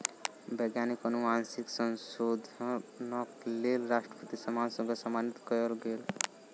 वैज्ञानिक अनुवांशिक संशोधनक लेल राष्ट्रपति सम्मान सॅ सम्मानित कयल गेल